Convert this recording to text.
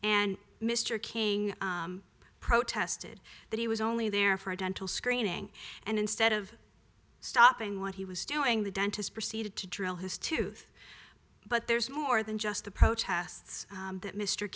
and mr king protested that he was only there for a dental screening and instead of stopping what he was doing the dentist proceeded to drill his tooth but there's more than just the protests